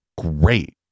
great